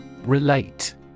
Relate